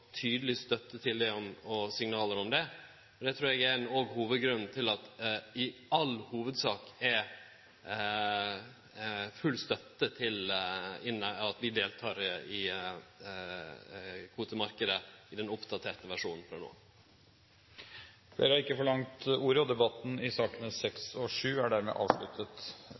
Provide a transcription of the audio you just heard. tydeleg støtte og tydelege signal om det. Det trur eg òg er grunnen til at ein i all hovudsak gjev full støtte til at vi deltek i kvotemarknaden i den oppdaterte versjonen frå no av. Flere har ikke bedt om ordet til sakene 6 og 7. Etter ønske fra energi- og